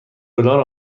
دلار